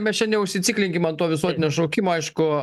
mes čia neužsiciklinkim ant to visuotinio šaukimo aišku